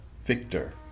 Victor